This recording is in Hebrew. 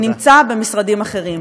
הוא נמצא במשרדים אחרים.